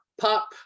pop